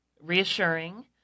reassuring